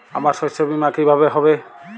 আমার শস্য বীমা কিভাবে হবে?